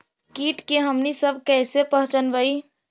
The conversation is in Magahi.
किट के हमनी सब कईसे पहचनबई?